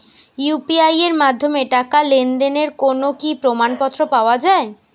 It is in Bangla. ইউ.পি.আই এর মাধ্যমে টাকা লেনদেনের কোন কি প্রমাণপত্র পাওয়া য়ায়?